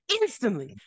instantly